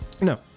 no